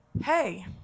hey